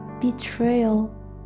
betrayal